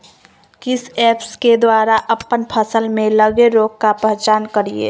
किस ऐप्स के द्वारा अप्पन फसल में लगे रोग का पहचान करिय?